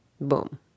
Boom